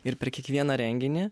ir per kiekvieną renginį